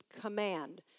command